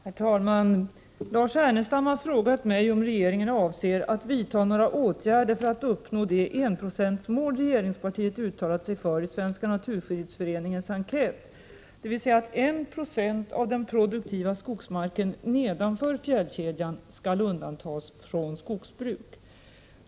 Herr talman! Lars Ernestam har frågat mig om regeringen avser att vidta några åtgärder för att uppnå det enprocentsmål regeringspartiet uttalat sig för i Svenska naturskyddsföreningens enkät, dvs. att 1 20 av den produktiva skogsmarken nedanför fjällkedjan skall undantas från skogsbruk.